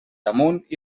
damunt